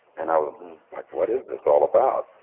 and i was like, what is this all about?